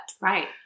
Right